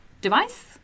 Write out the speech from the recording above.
device